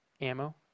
ammo